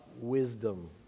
wisdom